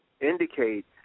indicate